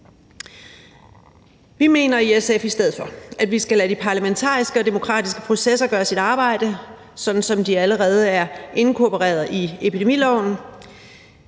Vi mener i SF i stedet for, at vi skal lade de parlamentariske og demokratiske processer gøre deres arbejde, sådan som de allerede er inkorporeret i epidemiloven.